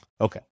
Okay